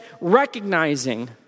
recognizing